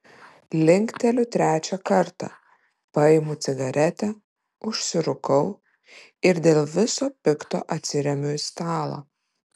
linkteliu trečią kartą paimu cigaretę užsirūkau ir dėl viso pikto atsiremiu į stalą